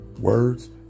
words